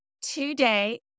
Today